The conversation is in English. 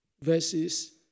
verses